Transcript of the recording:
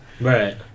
Right